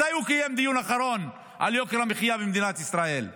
מתי הוא קיים דיון אחרון על יוקר המחיה במדינת ישראל?